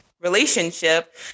relationship